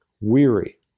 weary